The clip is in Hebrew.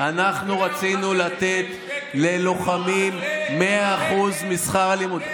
אנחנו רצינו לתת ללוחמים 100% שכר הלימוד.